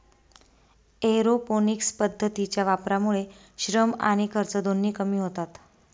aeroponics पद्धतीच्या वापरामुळे श्रम आणि खर्च दोन्ही कमी होतात